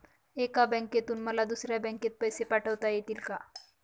एका बँकेतून मला दुसऱ्या बँकेत पैसे पाठवता येतील का?